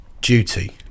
duty